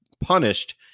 punished